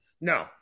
No